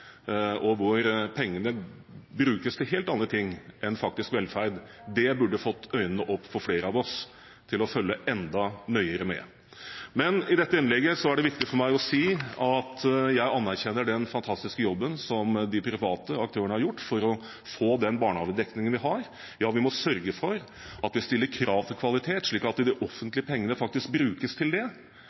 og at pengene brukes til helt andre ting enn faktisk velferd, burde flere av oss få øynene opp for dette og følge enda nøyere med. Men i dette innlegget er det viktig for meg å si at jeg anerkjenner den fantastiske jobben som de private aktørene har gjort for å få den barnehagedekningen vi har. Ja, vi må sørge for at vi stiller krav til kvalitet, slik at de offentlige pengene faktisk brukes til det. Og vi må vise interesse for hvordan de offentlige pengestrømmene går. Det